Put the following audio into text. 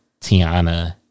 Tiana